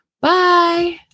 Bye